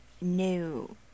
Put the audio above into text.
new